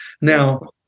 Now